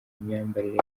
imyambarire